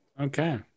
Okay